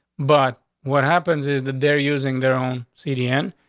but what happens is that they're using their own syrian,